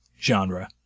Genre